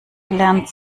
gelernt